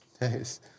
Nice